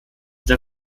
der